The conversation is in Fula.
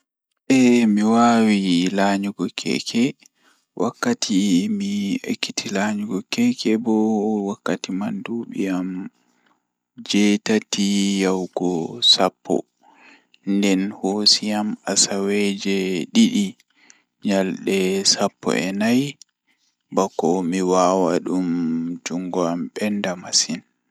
Ehh mi wawi lanyugo keke wakkati mi ekiti lanyugo keke bo wakkati man duubi am jweetati yahugo sappo nden hoosi am asawweje didi nyalde sappo e nay bako mi wawa dum jungo am benda. Masin.